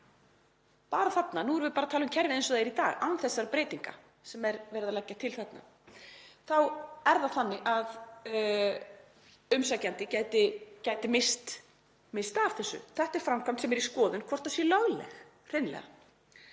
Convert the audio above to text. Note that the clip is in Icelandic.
bara þarna — nú erum við bara að tala um kerfið eins og það er í dag án þessara breytinga sem er verið að leggja til þarna — þá er það þannig að umsækjandi gæti misst af þessu. Þetta er framkvæmd sem er í skoðun um hvort hún sé hreinlega